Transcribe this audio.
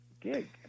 gig